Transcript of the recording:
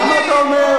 למה אתה אומר?